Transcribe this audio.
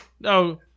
no